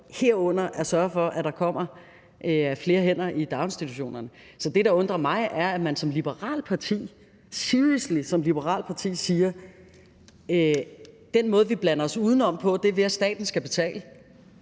herunder at sørge for, at der kommer flere hænder i daginstitutionerne. Så det, der undrer mig, er, at man som et liberalt parti seriøst siger: Den måde, vi blander os udenom på, er, ved at staten skal betale.